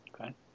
Okay